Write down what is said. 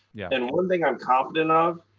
yeah and one thing i'm confident of,